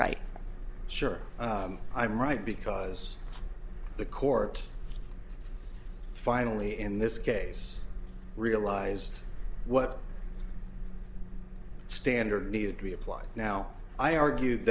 right sure i'm right because the court finally in this case realized what standard needed to be applied now i argued